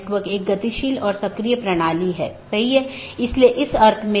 तो इस मामले में यह 14 की बात है